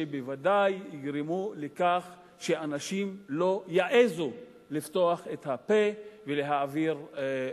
שבוודאי יגרמו לכך שאנשים לא יעזו לפתוח את הפה ולהעביר ביקורת.